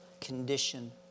condition